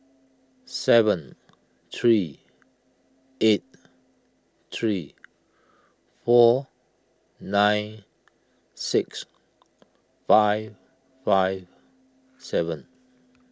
seven three eight three four nine six five five seven